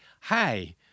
Hi